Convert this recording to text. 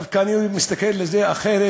דווקא אני מסתכל על זה אחרת: